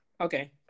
Okay